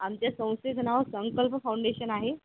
आमच्या संस्थेचं नाव संकल्प फाऊंडेशन आहे